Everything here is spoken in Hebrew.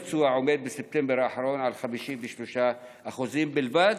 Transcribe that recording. שיעור הביצוע בספטמבר האחרון הוא 53% בלבד,